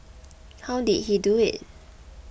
how did he do it